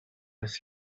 als